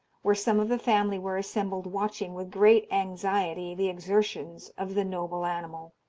where some of the family were assembled watching with great anxiety the exertions of the noble animal.